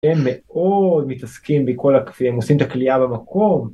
הם מאוד מתעסקים בכל הקפה, הם עושים את הקלייה במקום.